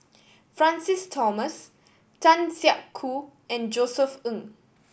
Francis Thomas Tan Siak Kew and Josef Ng